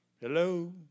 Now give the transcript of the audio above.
Hello